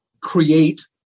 create